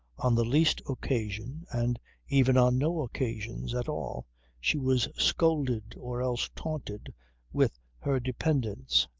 on the least occasion and even on no occasions at all she was scolded, or else taunted with her dependence.